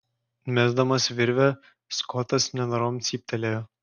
mesdamas virvę skotas nenorom cyptelėjo